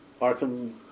Arkham